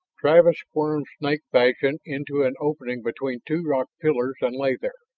travis squirmed snake fashion into an opening between two rock pillars and lay there,